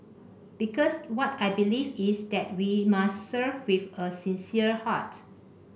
because what I believe is that we must serve with a sincere heart